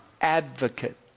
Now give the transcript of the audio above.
Advocate